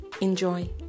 Enjoy